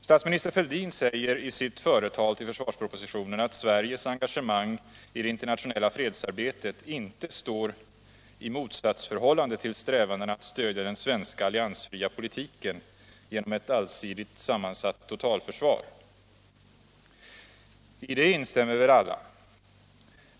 Statsminister Fälldin säger i sitt företal till försvarspropositionen att Sveriges engagemang i det internationella fredsarbetet inte står i motsatsförhållande till strävandena att stödja den svenska alliansfria politiken genom ett allsidigt sammansatt totalförsvar. I det instämmer väl alla.